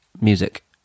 music